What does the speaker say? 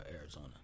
Arizona